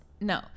no